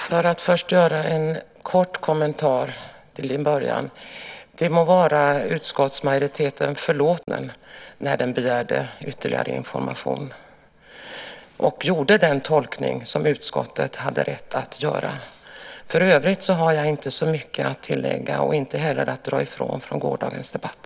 Herr talman! Först en kort kommentar till din början: Det må vara utskottsmajoriteten förlåtet om vi möjligen inte uppfattade den goda viljan hos oppositionen när den begärde ytterligare information och gjorde den tolkning som utskottet hade rätt att göra. För övrigt har jag inte så mycket att tillägga och inte heller att dra ifrån från gårdagens debatt.